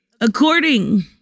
According